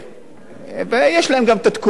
ויש להם גם את התקורות שלהם,